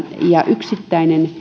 ja yksittäiset